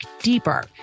deeper